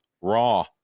raw